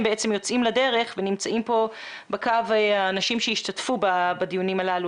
יוצאים לדרך ונמצאים כאן האנשים שישתתפו בדיונים האלה.